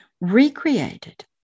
recreated